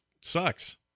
sucks